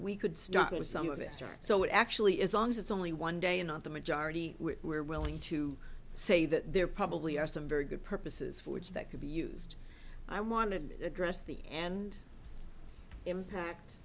we could start going to some of mr so it actually is long as it's only one day and not the majority which we're willing to say that there probably are some very good purposes for which that could be used i want to address the and impact